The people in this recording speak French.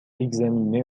examiné